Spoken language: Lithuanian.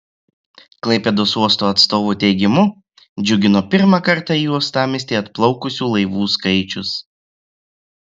klaipėdos uosto atstovų teigimu džiugino pirmą kartą į uostamiestį atplaukusių laivų skaičius